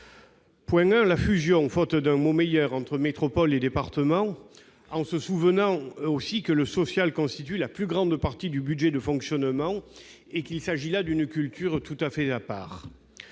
point, la fusion- faute d'un mot meilleur -entre métropole et département, en se souvenant aussi que le social constitue la plus grande partie du budget de fonctionnement et qu'il s'agit là d'une culture tout à fait à part.